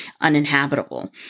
uninhabitable